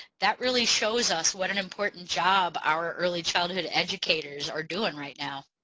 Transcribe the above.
that really shows us what an important job our early childhood educators are doing right now.